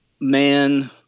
man